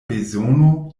bezono